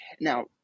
now